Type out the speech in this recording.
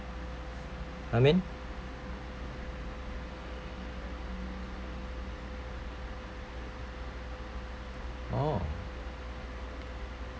amin orh